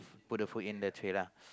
put the food in the tray lah